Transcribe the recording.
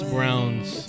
Brown's